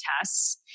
tests